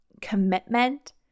commitment